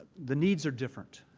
the needs are different.